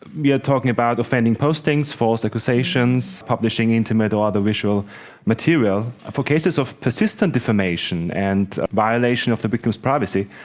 we are talking about offending postings, false accusations, publishing intimate or other visual material. for cases of persistent defamation and violation of the victim's privacy,